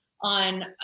on